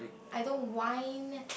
I don't whine